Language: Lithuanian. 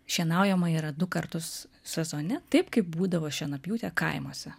šienaujama yra du kartus sezone taip kaip būdavo šienapjūtė kaimuose